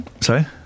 Sorry